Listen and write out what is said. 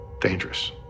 dangerous